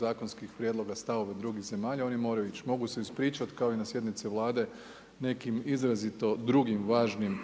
zakonskih prijedloga, stavove drugih zemalja, oni moraju ići, mogu se ispričati kao i na sjednici Vlade nekim izrazito drugim važnim